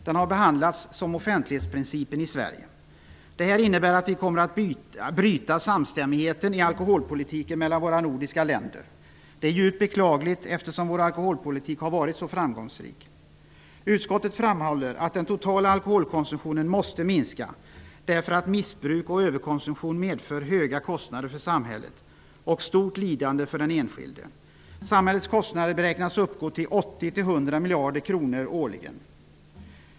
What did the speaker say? Den har behandlats som offentlighetsprincipen i Sverige. Det innebär att vi kommer att bryta samstämmigheten i alkoholpolitiken mellan våra nordiska länder. Det är djupt beklagligt, eftersom vår alkoholpolitik har varit så framgångsrik. Utskottet framhåller att den totala alkoholkonsumtionen måste minska, därför att missbruk och överkonsumtion medför höga kostnader för samhället och stort lidande för den enskilde. Samhällets kostnader beräknas uppgå till 80--100 miljarder kronor årligen.